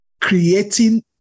creating